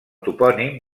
topònim